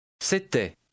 C'était